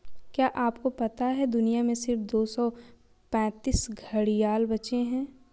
क्या आपको पता है दुनिया में सिर्फ दो सौ पैंतीस घड़ियाल बचे है?